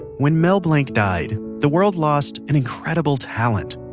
when mel blanc died, the world lost an incredible talent.